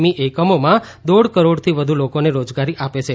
ઈ એકમોમાં દોઢ કરોડથી વધુ લોકોને રોજગારી આપે છે